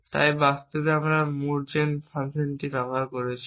তাই বাস্তবে আমরা মুভ জেন ফাংশনটি করেছি